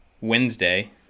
Wednesday